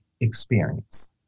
experience